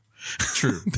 True